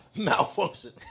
Malfunction